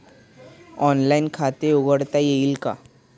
Online खाते उघडता येईल का?